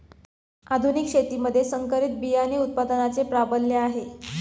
आधुनिक शेतीमध्ये संकरित बियाणे उत्पादनाचे प्राबल्य आहे